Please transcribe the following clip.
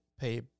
pay